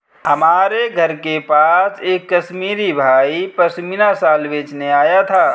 हमारे घर के पास एक कश्मीरी भाई पश्मीना शाल बेचने आया था